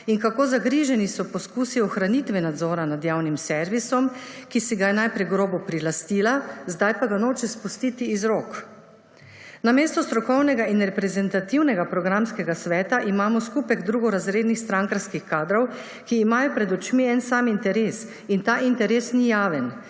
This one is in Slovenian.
in kako zagriženi so poskusi ohranitve nadzora nad javnim servisom, ki si ga je najprej grobo prilastila, sedaj pa ga noče spustiti iz rok. Namesto strokovnega in reprezentativnega programskega sveta imamo skupek drugorazrednih strankarskih kadrov, ki imajo pred očmi en sam interes. In ta interes ni javen,